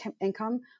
income